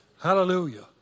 Hallelujah